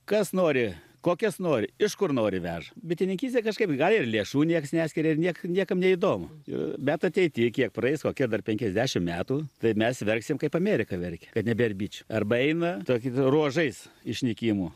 kas nori kokias nori iš kur nori veža bitininkystei kažkaip gal ir lėšų nieks neskiria ir niek niekam neįdomu bet ateity kiek praeis kokie dar penkiasdešim metų tai mes verksim kaip amerika verkia kad nebėr bičių arba eina toki ruožais išnykimo